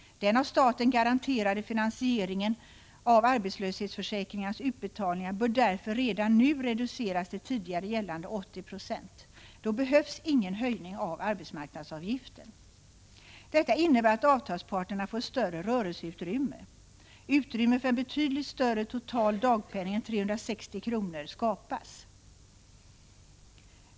Den av staten garanterade finansieringen av arbetslöshetsförsäkringarnas utbetalningar bör därför redan nu reduceras till tidigare gällande 80 20. Då behövs ingen höjning av arbetsmarknadsavgiften. Detta innebär att avtalsparterna får ett större rörelseutrymme. Utrymme för en betydligt större ökning av dagpenningen än föreslagna 360 kr. skapas.